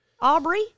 Aubrey